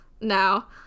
now